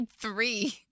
three